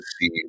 see